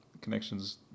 connections